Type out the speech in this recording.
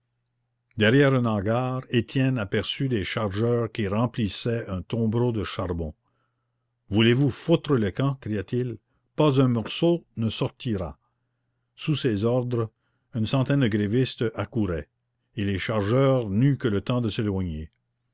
derrière un hangar étienne aperçut des chargeurs qui remplissaient un tombereau de charbon voulez-vous foutre le camp cria-t-il pas un morceau ne sortira sous ses ordres une centaine de grévistes accouraient et les chargeurs n'eurent que le temps de s'éloigner